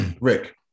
Rick